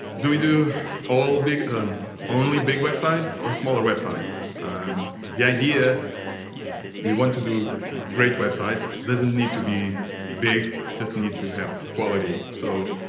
do we do all big only big websites or smaller websites the idea we want to do great website doesn't need to be big just need to have quality so